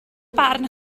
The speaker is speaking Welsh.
barn